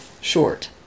short